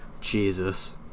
Jesus